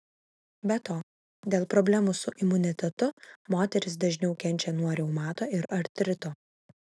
be to dėl problemų su imunitetu moterys dažniau kenčia nuo reumato ir artrito